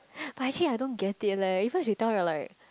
but actually I don't get it leh because you tell you're like